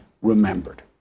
remembered